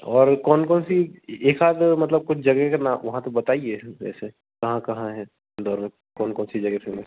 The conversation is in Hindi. और कौन कौनसी एकाध मतलब कुछ जगह का वहाँ तो बताइए जैसे कहाँ कहाँ है इंदौर में कौन कौन सी जगह फ़ेमस है